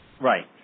Right